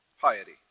piety